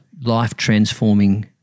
life-transforming